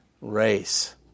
race